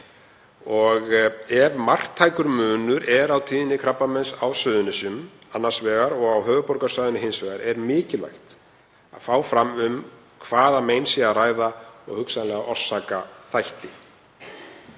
Ef marktækur munur er á tíðni krabbameins á Suðurnesjum annars vegar og á höfuðborgarsvæðinu hins vegar er mikilvægt að fá fram um hvaða mein sé að ræða og hugsanlega orsakaþætti.